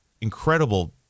incredible